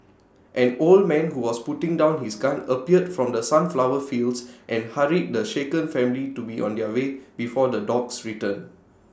an old man who was putting down his gun appeared from the sunflower fields and hurried the shaken family to be on their way before the dogs return